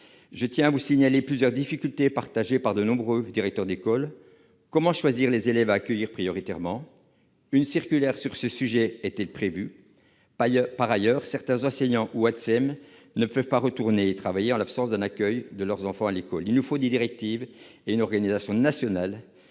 Je tiens à vous signaler plusieurs difficultés partagées par de nombreux directeurs d'école : comment choisir les élèves à accueillir prioritairement ? Une circulaire sur ce sujet est-elle prévue ? Par ailleurs, certains enseignants ou Atsem ne peuvent pas retourner travailler, en l'absence d'un accueil par l'école de leurs enfants. Il nous faut des directives et une organisation nationale,